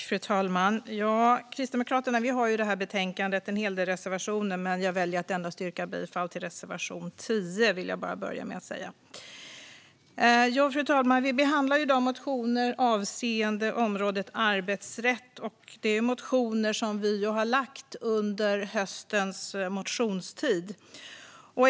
Fru talman! Kristdemokraterna har i detta betänkande en hel del reservationer, men jag väljer att yrka bifall endast till reservation 10. Fru talman! Vi behandlar i dag motioner avseende området arbetsrätt. Det är motioner som vi lämnat under höstens motionstid.